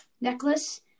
necklace